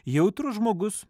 jautrus žmogus